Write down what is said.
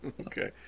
Okay